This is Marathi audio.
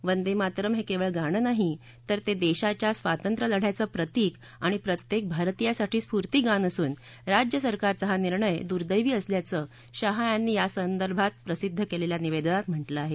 वंदे मातरम् हे केवळ गाणं नाही तर ते देशाच्या स्वातंत्र्य लढ्याचं प्रतिक आणि प्रत्येक भारतीयासाठी स्फुर्तीगान असून राज्यसरकारचा हा निर्णय दुर्दैवी असल्याचं शाह यांनी यासंदर्भात प्रसिद्ध केलेल्या निवेदनात म्हटलं आहे